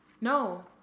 No